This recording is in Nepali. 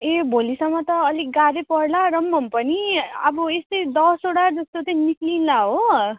ए भोलिसम्म त अलिक गाह्रै पर्ला र भए पनि अब यस्तै दसवटा जस्तो चाहिँ निक्लिएला हो